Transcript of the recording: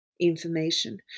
information